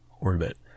orbit